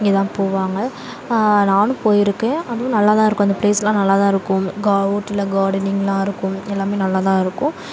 இங்கேதான் போவாங்க நானும் போயிருக்கேன் அதுவும் நல்லாதான் இருக்கும் அந்த பிளேஸ்லாம் நல்லாதான் இருக்கும் கா ஊட்டியில் கார்டனிங்லாம் இருக்கும் எல்லாமே நல்லா தான் இருக்கும்